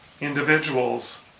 individuals